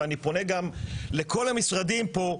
ואני פונה גם לכל המשרדים פה,